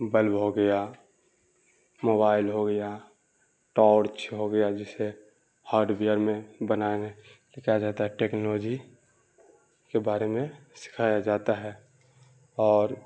bulb ہو گیا mobile ہو گیا ٹارچ ہو گیا جسے ہارڈ وئیر میں بنانے کے لیے کہا جاتا ہے ٹکنالوجی کے بارے میں سکھایا جاتا ہے اور